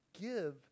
Give